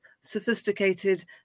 sophisticated